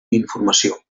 informació